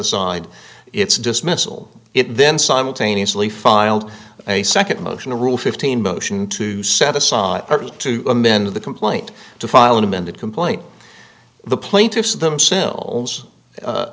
aside its dismissal it then simultaneously filed a second motion to rule fifteen motion to set aside to amend the complaint to file an amended complaint the plaintiffs themselves